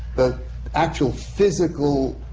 the actual physical